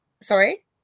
Sorry